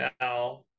now